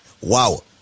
Wow